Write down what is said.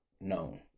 known